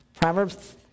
Proverbs